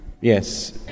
Yes